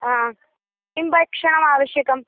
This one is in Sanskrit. हा किं भक्षणम् आवश्यकं